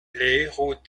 héros